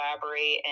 collaborate